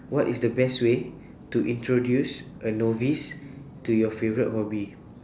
what is the best way to introduce a novice to your favourite hobby